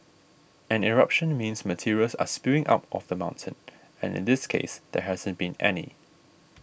an eruption means materials are spewing out of the mountain and in this case there hasn't been any